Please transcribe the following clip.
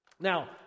Now